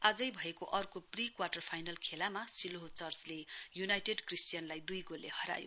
आजै भएको अर्को प्रीक्वाटर फाइनल खेलामा शिलोह चर्चले यूनाइटेड क्रिश्चियनलाई दुई गोलले हरायो